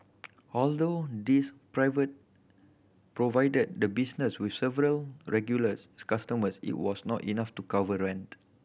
although these provided the business with several regulars customers it was not enough to cover rent